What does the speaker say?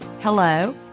hello